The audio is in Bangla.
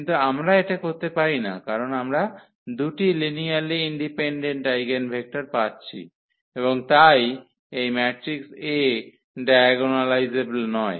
কিন্তু আমরা এটা করতে পারি না কারন আমরা দুটি লিনিয়ারলি ইন্ডিপেন্ডেন্ট আইগেনভেক্টর পাচ্ছি এবং তাই এই ম্যাট্রিক্স A ডায়াগোনা্লাইজেবল নয়